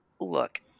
Look